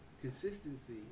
consistency